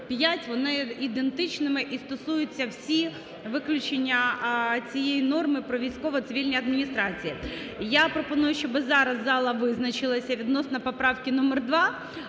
5, вони є ідентичними і стосуються всі виключення цієї норми про військово-цивільні адміністрації. Я пропоную, щоби зараз зала визначилася відносно поправки номер 2,